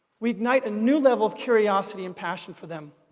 we ignite a new level of curiosity and passion for them.